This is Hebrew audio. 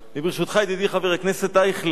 ברשותך, ידידי חבר הכנסת אייכלר,